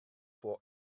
vor